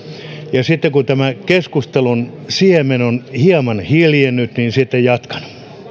sitten kun tämän keskustelun siemen on hieman hiljennyt niin jatkan